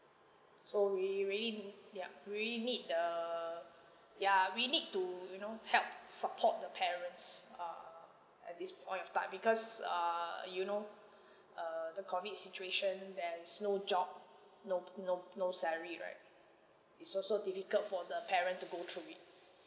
so we really yeah really need the ya we need to you know help support the parents err at this point of time because err you know uh the COVID situation there's no job no no no salary right it's also difficult for the parent to go through it